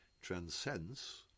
transcends